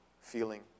feeling